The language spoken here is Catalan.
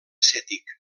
acètic